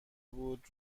بود